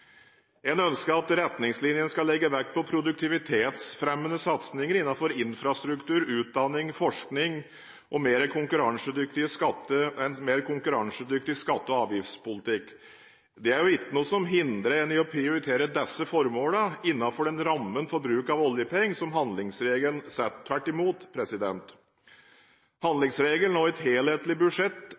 En ønsker at retningslinjene skal legge vekt på produktivitetsfremmende satsinger innenfor infrastruktur, utdanning, forskning og en mer konkurransedyktig skatte- og avgiftspolitikk. Det er ikke noe som hindrer en i å prioritere disse formålene innenfor den rammen for bruk av oljepenger som handlingsregelen setter – tvert imot. Handlingsregelen og et helhetlig budsjett